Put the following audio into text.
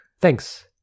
Thanks